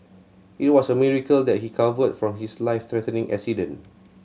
it was a miracle that he recovered from his life threatening accident